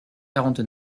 quarante